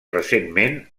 recentment